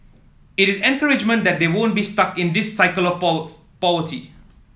it is encouragement that they won't be stuck in this cycle of poverty